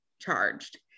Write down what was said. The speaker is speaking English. charged